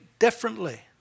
differently